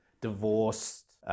divorced